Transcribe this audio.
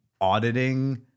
auditing